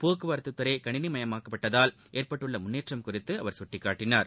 போக்குவரத்து துறை கணினிமயமாக்கப்பட்டதால் ஏற்பட்டுள்ள முன்னேற்றம் குறித்து அவர் சுட்டிகாட்டினார்